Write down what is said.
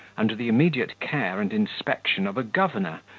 under the immediate care and inspection of a governor,